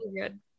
Good